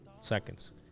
seconds